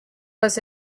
was